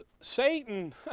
Satan